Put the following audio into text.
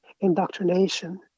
indoctrination